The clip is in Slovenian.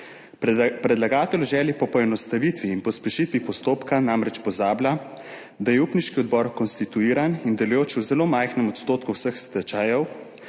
Predlagatelj v želji po poenostavitvi in pospešitvi postopka namreč pozablja, da je upniški odbor konstituiran in delujoč v zelo majhnem odstotku vseh stečajev,